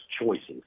choices